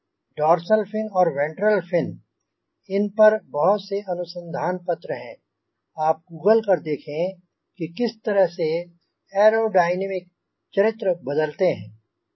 dorsal fin और ventral fin इन पर बहुत से अनुसंधान पत्र हैं आप गूगल कर देखें कि किस तरह से ऐरोडायनामिक चरित्र बदलते हैं